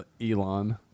Elon